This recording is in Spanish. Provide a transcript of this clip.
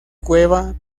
cueva